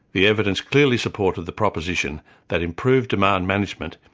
the evidence clearly supported the proposition that improved demand management,